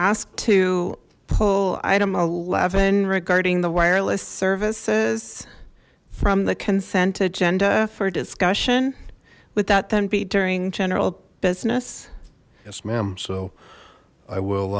ask to pull item eleven regarding the wireless services from the consent agenda for discussion would that then be during general business yes ma'am so i will